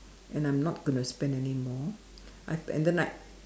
and I'm not gonna spend anymore I and then I